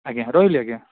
ଆଜ୍ଞା ରହିଲି ଆଜ୍ଞା